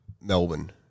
Melbourne